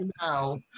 now